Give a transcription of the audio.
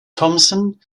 thomson